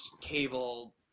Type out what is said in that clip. cable